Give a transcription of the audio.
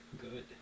Good